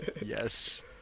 Yes